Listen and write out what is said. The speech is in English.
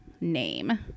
name